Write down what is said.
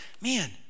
man